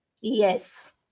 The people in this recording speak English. Yes